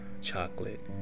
chocolate